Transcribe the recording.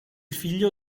figlio